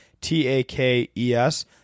t-a-k-e-s